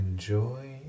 Enjoy